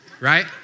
right